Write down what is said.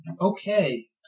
Okay